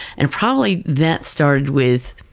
and probably that started with,